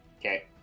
Okay